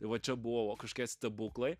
va čia buvo kažkie stebuklai